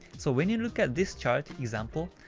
so when you look at this chart example,